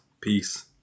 Peace